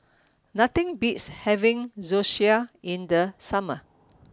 nothing beats having Zosui in the summer